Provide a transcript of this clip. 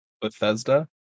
Bethesda